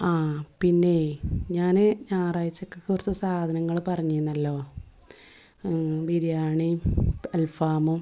ആ പിന്നെ ഞാൻ ഞായറാഴ്ചക്ക് കുറച്ച് സാധനങ്ങൾ പറഞ്ഞിരുന്നല്ലോ ബിരിയാണി അൽഫാമ്